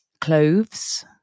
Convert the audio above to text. Cloves